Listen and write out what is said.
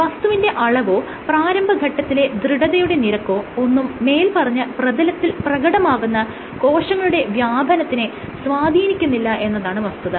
വസ്തുവിന്റെ അളവോ പ്രാരംഭഘട്ടത്തിലെ ദൃഢതയുടെ നിരക്കോ ഒന്നും മേല്പറഞ്ഞ പ്രതലത്തിലിൽ പ്രകടമാകുന്ന കോശങ്ങളുടെ വ്യാപനത്തിനെ സ്വാധീനിക്കുന്നില്ല എന്നതാണ് വസ്തുത